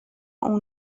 اون